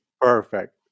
Perfect